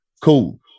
Cool